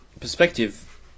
perspective